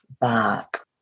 back